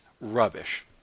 rubbish